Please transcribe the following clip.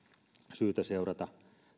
syytä seurata